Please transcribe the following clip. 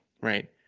right